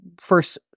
first